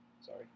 Sorry